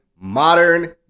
modern